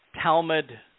Talmud